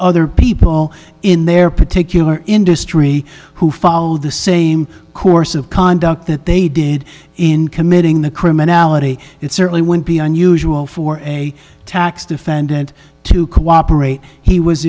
other people in their particular industry who follow the same course of conduct that they did in committing the criminality it certainly wouldn't be unusual for a tax defendant to cooperate he was